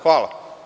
Hvala.